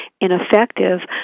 ineffective